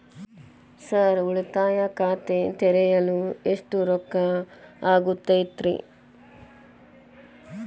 Sir ಉಳಿತಾಯ ಖಾತೆ ತೆರೆಯಲು ಎಷ್ಟು ರೊಕ್ಕಾ ಆಗುತ್ತೇರಿ?